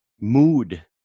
mood